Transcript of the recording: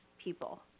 people